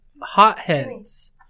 Hotheads